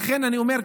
לכן אני אומר,